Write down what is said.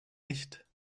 nicht